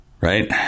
Right